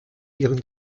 ihren